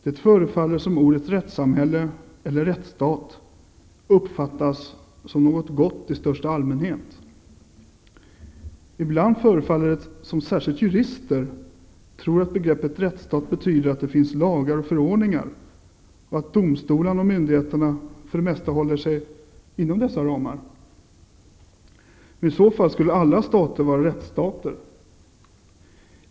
Det förefaller som om ordet rättssamhälle -- eller rättsstat -- uppfattas som något gott i största allmänhet. Ibland förefaller det som om särskilt jurister tror att begreppet rättsstat betyder att det finns lagar och förordningar och att domstolar och myndigheter för det mesta håller sig inom dessa ramar. Men i så fall skulle alla stater vara rättsstater.